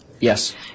Yes